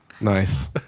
Nice